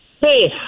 Hey